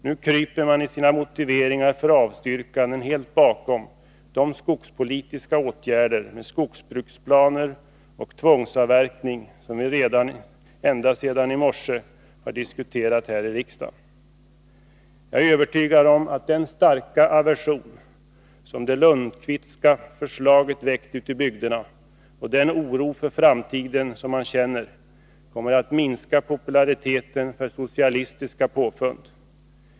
Nu kryper man i sina motiveringar för avstyrkanden helt bakom de skogspolitiska åtgärder med skogsbruksplaner och tvångsavverkning som vi ända sedan i morse har diskuterat här i kammaren. Jag är övertygad om att den starka aversion som det Lundkvistska förslaget väckt ute i bygderna och den oro för framtiden som man känner kommer att minska populariteten för socialistiska påfund.